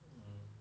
mm